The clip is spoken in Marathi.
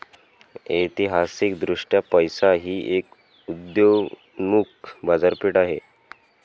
ऐतिहासिकदृष्ट्या पैसा ही एक उदयोन्मुख बाजारपेठ आहे